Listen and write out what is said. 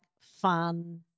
fun